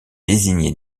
désigné